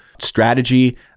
strategy